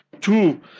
Two